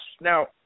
Now